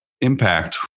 impact